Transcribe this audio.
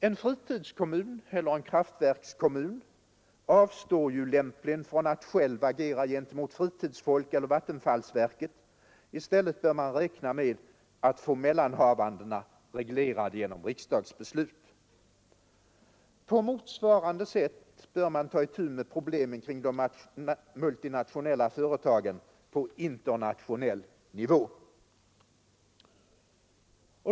En fritidskommun eller en kraftverkskommun avstår lämpligen från att själv agera gentemot fritidsfolk eller vattenfallsverket och räknar i stället med att få mellanhavandena reglerade genom riksdagsbeslut. På motsvarande sätt bör man ta itu med problemen kring de multinationella företagen på internationell nivå.